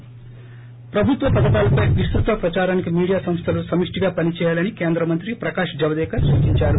ి ప్రభుత్వ పథకాలపై విస్తుత ప్రదారానికి మీడియా సంస్దలు సమిష్టిగా పని చేయాలని కేంద్రమంత్రి ప్రకాష్ జవదేకర్ సూచించారు